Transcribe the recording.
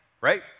right